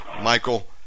Michael